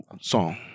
song